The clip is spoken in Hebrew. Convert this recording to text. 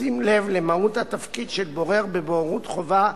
בשים לב למהות התפקיד של בורר בבוררות חובה,